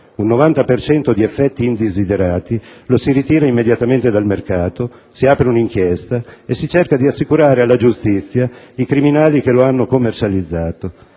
cento di effetti indesiderati, lo si ritira immediatamente dal mercato, si apre un'inchiesta e si cerca di assicurare alla giustizia i criminali che lo hanno commercializzato.